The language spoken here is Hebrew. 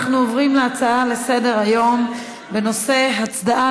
אנחנו עוברים להצעות לסדר-היום בנושא: הצדעה